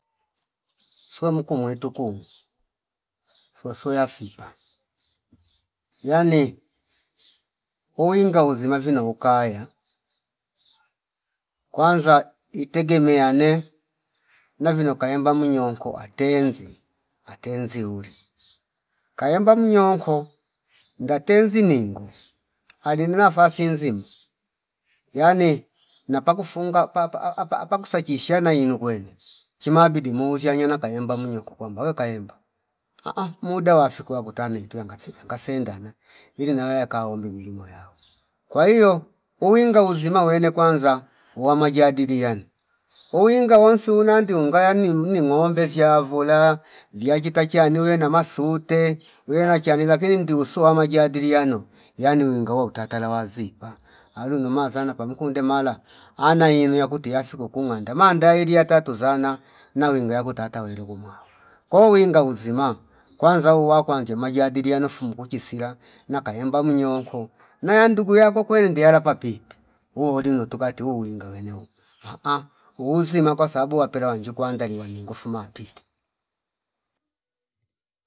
Shuwa mukumwe tukuma soso yafipa yani uwinga uzima vina ukaya kwanza itegemeane navino kayemba munyoko atenzi atenzi uli kayemba munyonko ngatenzi ningo alini nafasi inzima yani napakufunga papa apa- apa- apakushajishana inu kwene chima bidi muzsha nyena kayemba mnyo kukwamba we kayemba ahh muda wafiku wakuta metuya ngachike ngasendana ili nayo yakaombi milimo yao kwa hio uwinga uzima uwene kwanza uwa majadiliano uwinga wonsa ndiungaya nim ningombe ziyavula viyachita chane uye na masute uye na chane lakini ndiuswa amajadiliano yani uwingo wo tatala wazipa alu numazana pamkunde mala ana inu yakuti yafiku kukunganda mada ili yata tuzana na winga yakutata weru kumwao ko winga uzima kwanza uwa kwanje majadiliano fungu chisila na kayemba munyonko naya ndugu yako kweli ndiyala papipe uwoli notuka tuwinga wene ahh uzima kwasababu wapela wanji kwangaliwa ningu fuma pipo